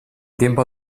tiempo